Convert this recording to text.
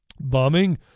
bombing